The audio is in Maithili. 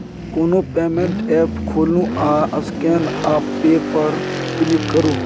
कोनो पेमेंट एप्प खोलु आ स्कैन आ पे पर क्लिक करु